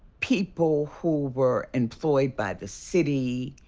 people who were employed by the city,